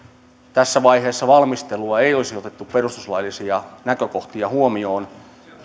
tässä vaiheessa valmistelua ei olisi otettu perustuslaillisia näkökohtia huomioon